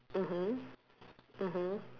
mmhmm mmhmm